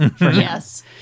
Yes